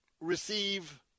receive